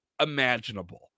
imaginable